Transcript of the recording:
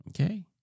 Okay